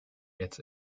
its